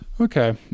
okay